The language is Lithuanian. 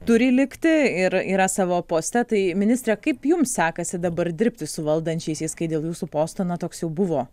turi likti ir yra savo poste tai ministre kaip jums sekasi dabar dirbti su valdančiaisiais kai dėl jūsų posto na toks jau buvo